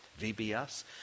VBS